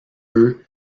eux